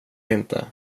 inte